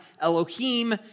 Elohim